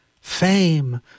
Fame